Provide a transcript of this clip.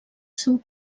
seu